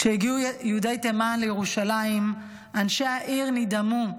כשהגיעו יהודי תימן לירושלים, אנשי העיר נדהמו,